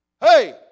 Hey